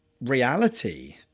reality